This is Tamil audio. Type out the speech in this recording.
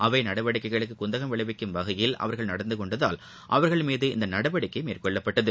அவை நடவடிக்கைகளுக்கு குந்தகம் விளைவிக்கும் வகையில் அவா்கள் நடந்து கொண்டதால் அவர்கள் மீது இந்த நடவடிக்கை மேற்னெள்ளப்பட்டது